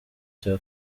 cya